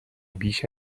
بیش